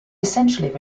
essentially